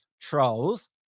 trolls